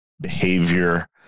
behavior